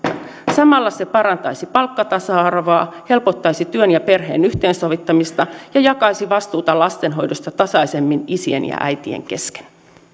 samalla se parantaisi palkkatasa arvoa helpottaisi työn ja perheen yhteensovittamista ja jakaisi vastuuta lastenhoidosta tasaisemmin isien ja äitien kesken